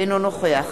אינו נוכח